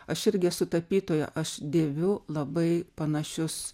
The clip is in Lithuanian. aš irgi esu tapytoja aš dėviu labai panašius